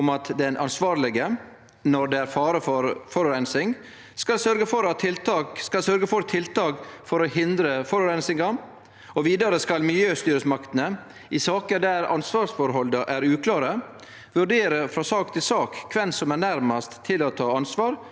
om at den ansvarlege, når det er fare for forureining, skal sørgje for tiltak for å hindre forureininga. Vidare skal miljøstyresmaktene i saker der ansvarsforholda er uklare, vurdere frå sak til sak kven som er nærmast til å ta ansvar,